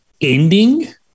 ending